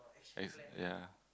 as ya